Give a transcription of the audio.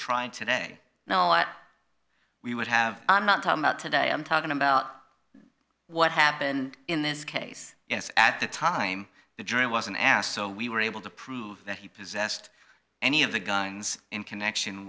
today we would have i'm not talking about today i'm talking about what happened in this case yes at the time the jury wasn't asked so we were able to prove that he possessed any of the guns in connection